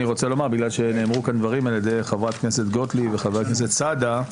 בגלל שנאמרו כאן דברים על ידי חברת הכנסת גוטליב וחבר הכנסת סעדה,